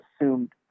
Assumed